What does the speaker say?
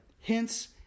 Hence